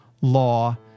law